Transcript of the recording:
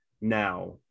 now